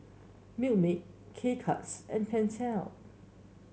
Milkmaid K Cuts and Pentel